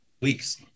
weeks